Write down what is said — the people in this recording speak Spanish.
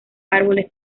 árboles